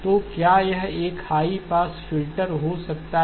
तो क्या यह एक हाई पास फिल्टर हो सकता है